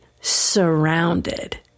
surrounded